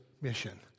mission